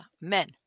men